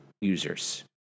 users